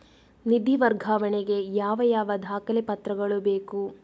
ನಿಧಿ ವರ್ಗಾವಣೆ ಗೆ ಯಾವ ಯಾವ ದಾಖಲೆ ಪತ್ರಗಳು ಬೇಕು?